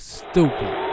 stupid